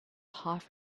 half